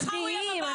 אנחנו עוד לא מצביעים,